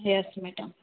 yes madam